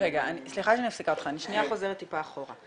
אני חוזרת טיפה אחורה.